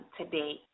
today